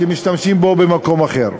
שמשתמשים בו גם במקום אחר,